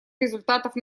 результатов